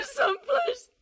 someplace